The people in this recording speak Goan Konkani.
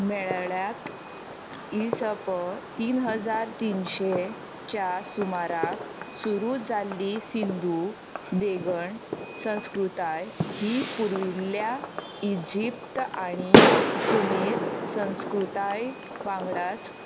मेळ्ळ्यात इ स प तीन हजार तिनशे च्या सुमाराक सुरू जाल्ली सिंधू देगण संस्कृताय ही पुर्विल्ल्या इजिप्त आनी सुमेर संस्कृताय वांगडाच